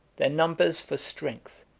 their numbers for strength,